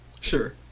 Sure